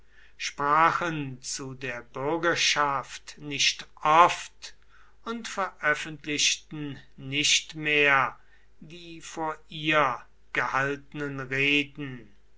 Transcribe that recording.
sprachen zu der bürgerschaft nicht oft und veröffentlichten nicht mehr die vor ihr gehaltenen reden